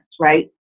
right